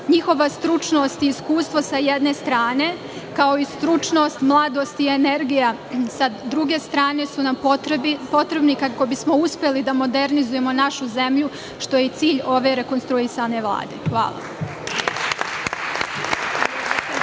Njihova stručnost i iskustvo sa jedne strane, kao i stručnost, mladost i energija sa druge strane su nam potrebni kako bi smo uspeli da modernizujemo našu zemlju, što je i cilj ove rekonstruisane Vlade. Hvala.